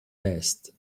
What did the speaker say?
vest